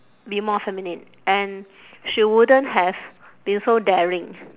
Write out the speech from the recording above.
be more feminine and she wouldn't have been so daring